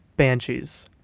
Banshees